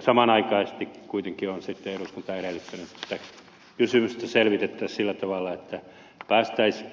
samanaikaisesti kuitenkin on eduskunta edellyttänyt että kysymystä selvitettäisiin sillä tavalla että päästäisiin